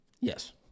Yes